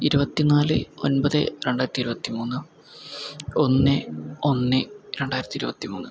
ഇരുപത്തി നാല് ഒൻപത് രണ്ടായിരത്തി ഇരുപത്തി മൂന്ന് ഒന്ന് ഒന്ന് രണ്ടായിരത്തി ഇരുപത്തി മൂന്ന്